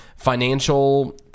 financial